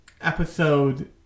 episode